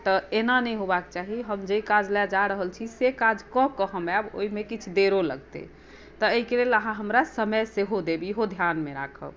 तऽ एना नहि होयबाक चाही हम जाहि काज लेल जा रहल छी से काज कऽ कऽ हम आयब ओहिमे किछु देरो लगतै तऽ एहिके लेल अहाँ हमरा समय सेहो देब इहो ध्यानमे राखब